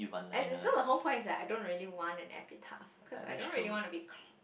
as in so the whole is that I don't want an epitaph cause I don't want to be c~